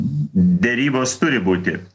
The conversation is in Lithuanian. derybos turi būti